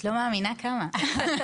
את לא מאמינה כמה.